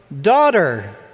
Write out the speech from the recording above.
daughter